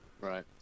Right